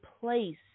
place